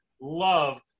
love